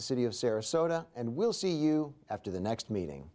the city of sarasota and we'll see you after the next meeting